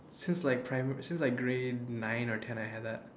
since like primary since like grade nine or ten I had that